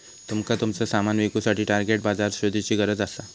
तुमका तुमचा सामान विकुसाठी टार्गेट बाजार शोधुची गरज असा